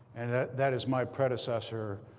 and that is my predecessor,